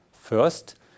First